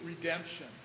redemption